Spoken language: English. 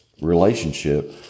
relationship